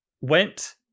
Went